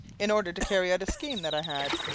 in order to carry out a scheme that i had,